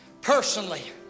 Personally